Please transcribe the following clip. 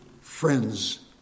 friends